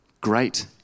great